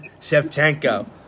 Shevchenko